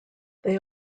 they